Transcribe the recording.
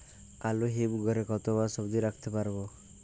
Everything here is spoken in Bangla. আলু হিম ঘরে কতো মাস অব্দি রাখতে পারবো?